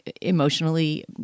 emotionally